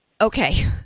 Okay